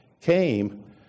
came